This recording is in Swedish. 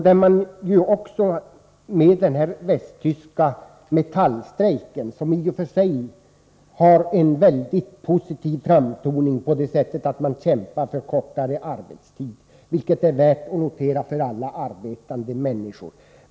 Därtill kommer den västtyska Metallstrejken, som i och för sig har en väldigt positiv framtoning på det sättet att man kämpar för kortare arbetstid, vilket är värt att notera för alla arbetande människor.